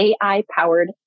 AI-powered